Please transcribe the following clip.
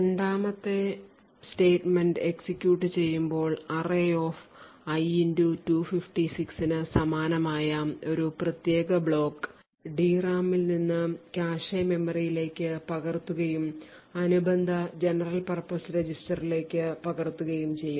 രണ്ടാമത്തെ statement execute ചെയ്യുമ്പോൾ arrayi 256 ന് സമാനമായ ഒരു പ്രത്യേക ബ്ലോക്ക് DRAM ൽ നിന്ന് കാഷെ മെമ്മറിയിലേക്ക് പകർത്തുകയും അനുബന്ധ general purpose രജിസ്റ്ററിലേക്ക് പകർത്തുകയും ചെയ്യും